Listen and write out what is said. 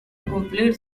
cumplir